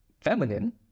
feminine